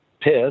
piss